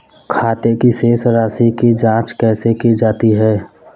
खाते की शेष राशी की जांच कैसे की जाती है?